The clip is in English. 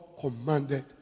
commanded